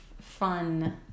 fun